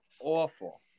Awful